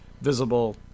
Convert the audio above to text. visible